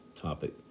topic